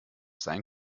sein